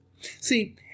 See